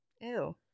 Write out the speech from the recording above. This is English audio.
Ew